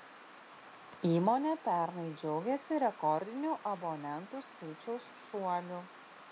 įmonė pernai džiaugėsi rekordiniu abonentų skaičiaus šuoliu